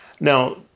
Now